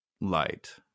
light